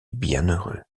bienheureux